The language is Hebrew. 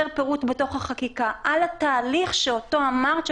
פירוט בתוך החקיקה על התהליך שאותו אמרת,